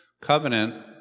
Covenant